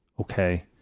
Okay